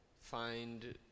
find